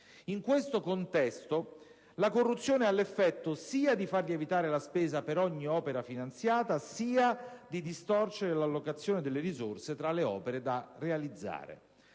In questo contesto la corruzione ha l'effetto, sia di far lievitare la spesa per ogni opera finanziata, sia di distorcere l'allocazione delle risorse tra le opere da realizzare.